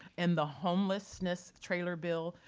and the homelessness trailer bill,